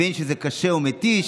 אני מבין שזה קשה ומתיש,